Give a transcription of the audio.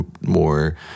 more